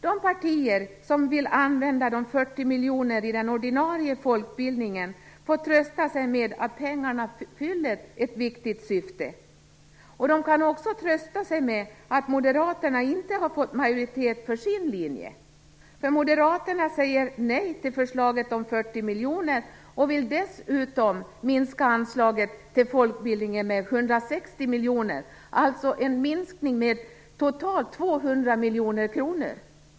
De partier som vill använda de 40 miljonerna i den ordinarie folkbildningen får trösta sig med att pengarna fyller ett viktigt syfte. De kan också trösta sig med att Moderaterna inte har fått majoritet för sin linje. Moderaterna säger nej till förslaget om 40 miljoner och vill dessutom minska anslaget till folkbildningen med 160 miljoner, dvs. en minskning med totalt 200 miljoner kronor.